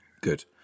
Good